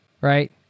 right